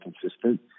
consistent